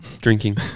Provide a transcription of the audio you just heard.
Drinking